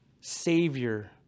Savior